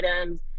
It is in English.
items